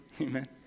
Amen